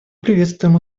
приветствуем